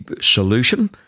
solution